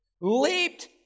leaped